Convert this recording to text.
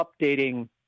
updating